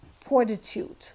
fortitude